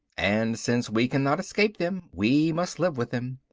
and since we cannot escape them, we must live with them.